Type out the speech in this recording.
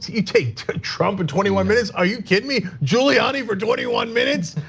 you take trump in twenty one minutes. are you kidding me? giuliani were twenty one minutes.